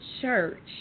church